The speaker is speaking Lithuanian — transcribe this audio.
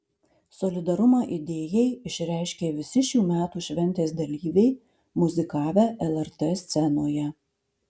solidarumą idėjai išreiškė visi šių metų šventės dalyviai muzikavę lrt scenoje